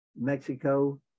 mexico